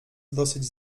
dosyć